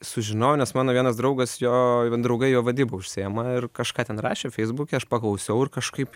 sužinojau nes mano vienas draugas jo draugai jo vadyba užsiima ir kažką ten rašė feisbuke aš paklausiau ir kažkaip